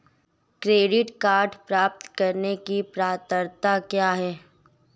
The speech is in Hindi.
क्रेडिट कार्ड प्राप्त करने की पात्रता क्या है?